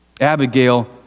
Abigail